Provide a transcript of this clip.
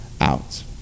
out